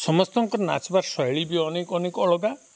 ସମସ୍ତଙ୍କ ନାଚ୍ବ ଶୈଳୀ ବି ଅନେକ ଅନେକ ଅଲବା